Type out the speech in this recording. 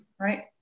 right